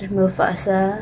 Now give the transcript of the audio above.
Mufasa